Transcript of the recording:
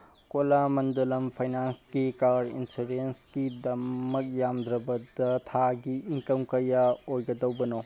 ꯀꯣꯂꯥꯃꯟꯗꯂꯝ ꯐꯩꯅꯥꯟꯁꯀꯤ ꯀꯥꯔ ꯏꯟꯁꯨꯔꯦꯟꯁꯀꯤꯗꯃꯛ ꯌꯥꯝꯗ꯭ꯔꯕꯗ ꯊꯥꯒꯤ ꯏꯟꯀꯝ ꯀꯌꯥ ꯑꯣꯏꯒꯗꯧꯕꯅꯣ